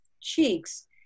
cheeks